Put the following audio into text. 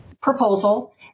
proposal